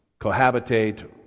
cohabitate